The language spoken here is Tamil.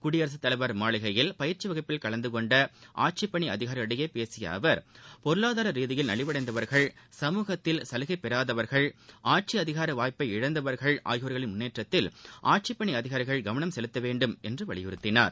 குடியரசு தலைவர் மாளிகையில் பயிற்சி வகுப்பில் கலந்து கொண்ட ஆட்சிப்பணி அதிகாரிகளிடையே பேசிய அவர் பொருளாதார ரீதியில் நலிவடைந்தவர்கள் சமூகத்தில் சலுகை பெறாதவர்கள் ஆட்சி அதிகார வாய்ப்பை இழந்தவர்கள் ஆகியோர்களின் முன்னேற்றத்தில் ஆட்சிப் பணி அதிகாரிகள் கவனம் செலுத்த வேண்டும் என்று வலியுறுத்தினார்